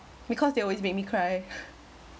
because they always make me cry